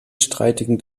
streitigen